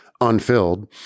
unfilled